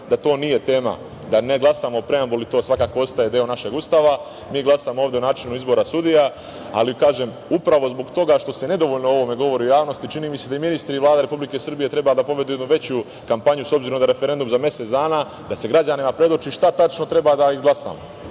da to nije tema, da ne glasamo o preambuli, to svakako ostaje deo našeg Ustava. Mi glasamo ovde o načinu izbora sudija ali, kažem, upravo zbog toga što se nedovoljno o ovome govori u javnosti, čini mi se, da i ministri i Vlada Republike Srbije treba da povedu jednu veću kampanju, s obzirom da je referendum za mesec dana, da se građanima predoči šta tačno treba da izglasamo.